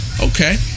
Okay